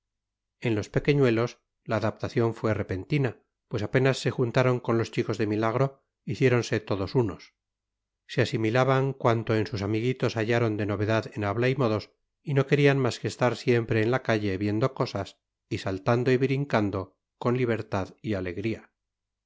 en los pequeñuelos la adaptación fue repentina pues apenas se juntaron con los chicos de milagro hiciéronse todos unos se asimilaban cuanto en sus amiguitos hallaron de novedad en habla y modos y no querían más que estar siempre en la calle viendo cosas y saltando y brincando con libertad y alegría